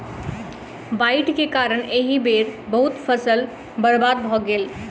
बाइढ़ के कारण एहि बेर बहुत फसील बर्बाद भअ गेल